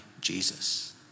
Jesus